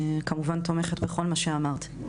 אני כמובן תומכת בכל מה שאמרת.